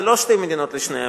זה לא שתי מדינות לשני עמים,